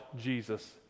Jesus